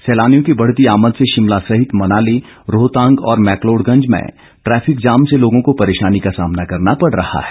सैलानियों की बढ़ती आमद से शिमला सहित मनाली रोहतांग और मैकलोडगंज में ट्रैफिक जाम से लोगों को परेशानी का सामना करना पड़ रहा है